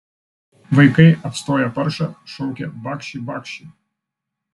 vaikai apstoję paršą šaukia bakši bakši